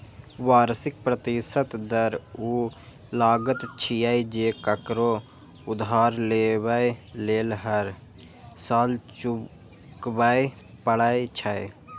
वार्षिक प्रतिशत दर ऊ लागत छियै, जे ककरो उधार लेबय लेल हर साल चुकबै पड़ै छै